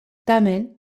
tamen